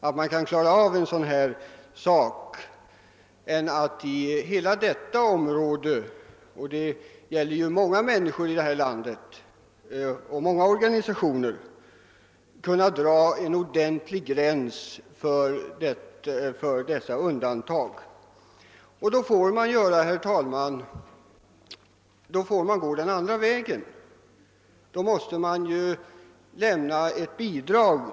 Om det är svårt att dra en bestämd gräns i fråga om arbetsgivaravgift kring de organisationer som skall undantas, får man gå den andra vägen och i stället lämna ett bidrag.